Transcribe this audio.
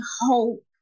hope